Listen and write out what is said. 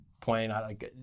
point